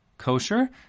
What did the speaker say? Kosher